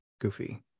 goofy